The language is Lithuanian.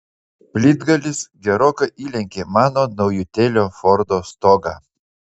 plytgalis gerokai įlenkė mano naujutėlio fordo stogą